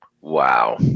Wow